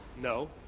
No